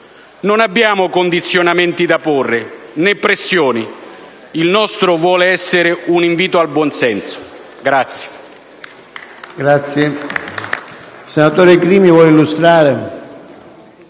Non abbiamo condizionamenti da porre né pressioni; il nostro vuole essere un invito al buonsenso.